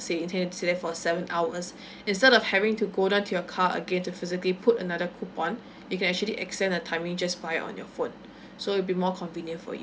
say you intending to stay there for seven hours instead of having to go down to your car again to physically put another coupon you can actually extend a timing just fine on your phone so it will be more convenient for you